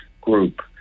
group